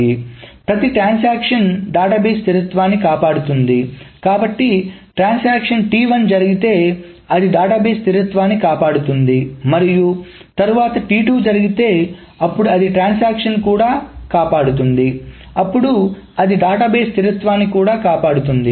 ఎందుకంటే ప్రతి transaction database స్థిరత్వాన్ని కాపాడుతుంది కాబట్టి ట్రాన్సాక్షన్ జరిగితే అది డేటాబేస్ స్థిరత్వాన్ని కాపాడుతుంది మరియు తరువాత జరిగితే అప్పుడు అది ట్రాన్సాక్షన్ ని కూడా కాపాడుతుంది అప్పుడు అది డేటాబేస్ స్థిరత్వాన్ని కూడా కాపాడుతుంది